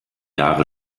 jahre